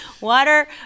Water